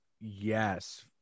Yes